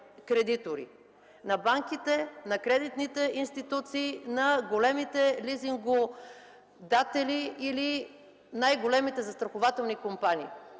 – банките, кредитните институции, големите лизингодържатели, най-големите застрахователни компании.